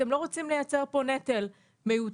אתם לא רוצים לייצר פה נטל מיותר,